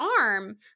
arm